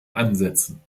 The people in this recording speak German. ansetzen